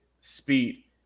speed